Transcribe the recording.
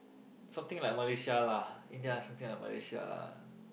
something like Malaysia lah India something like Malaysia ah